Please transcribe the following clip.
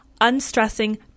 Unstressing